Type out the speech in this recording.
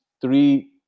three